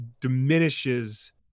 diminishes